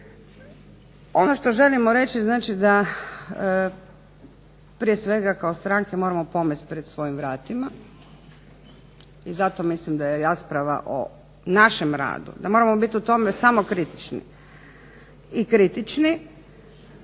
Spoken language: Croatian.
Ono što želimo reći da prije svega kao stranke moramo pomesti pred svojim vratima i zato mislim da je rasprava o našem radu, da moramo biti u tome samo kritični i kritični